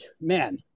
man